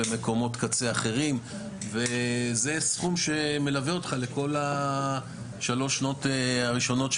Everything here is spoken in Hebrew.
במקומות קצה אחרים וזה סכום שמלווה אותך לכל שלוש השנים הראשונות,